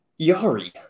Yari